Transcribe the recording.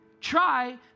Try